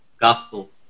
gospel